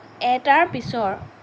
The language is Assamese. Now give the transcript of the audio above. এটাৰ পিছৰ